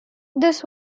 this